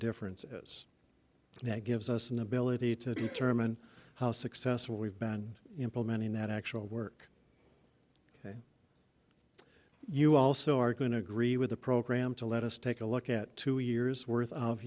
difference is that gives us an ability to determine how successful we've been implementing that actual work you also are going to agree with the program to let us take a look at two years worth of